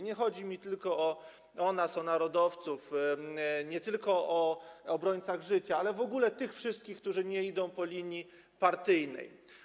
Nie chodzi mi tylko o nas, o narodowców, nie tylko o obrońców życia, ale w ogóle o tych wszystkich, którzy nie idą po linii partyjnej.